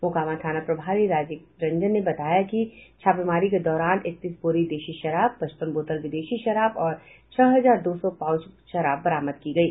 मोकामा थाना प्रभारी राजेश रंजन ने बताया कि छापेमारी के दौरान एकतीस बोरी देशी शराब पचपन बोतल विदेशी शराब और छह हजार दो सौ पाउच शराब बरामद की गयी